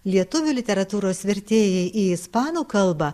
lietuvių literatūros vertėjai į ispanų kalbą